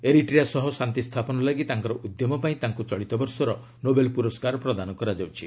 Eritrea ସହ ଶାନ୍ତି ସ୍ଥାପନ ଲାଗି ତାଙ୍କର ଉଦ୍ୟମ ପାଇଁ ତାଙ୍କୁ ଚଳିତ ବର୍ଷର ନୋବେଲ୍ ପୁରସ୍କାର ପ୍ରଦାନ କରାଯାଉଛି